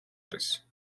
არის